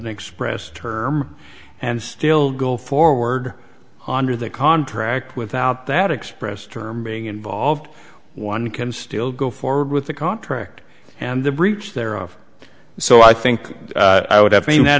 an expressed term and still go forward under the contract without that express term being involved one can still go forward with the contract and the breach thereof so i think i would have seen that